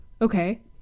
Okay